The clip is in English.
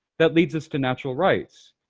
that leads us to natural rights.